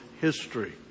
history